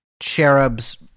cherubs